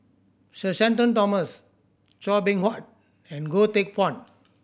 Sir Shenton Thomas Chua Beng Huat and Goh Teck Phuan